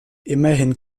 immerhin